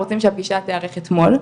רוצים שהפגישה תערך אתמול,